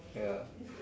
ya